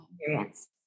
experience